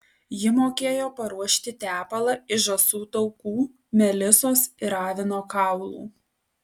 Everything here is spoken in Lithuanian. ji mokėjo paruošti tepalą iš žąsų taukų melisos ir avino kaulų